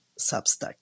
Substack